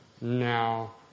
now